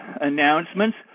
announcements